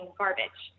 garbage